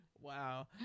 wow